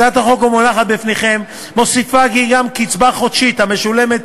הצעת החוק המונחת בפניכם מוסיפה כי גם קצבה חודשית המשולמת